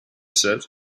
said